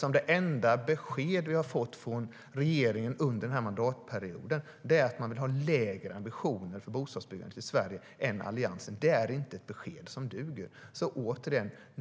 Det enda besked vi har fått från regeringen under den här mandatperioden är nämligen att man vill ha lägre ambitioner för bostadsbyggandet i Sverige än Alliansen har. Det är inte ett besked som duger.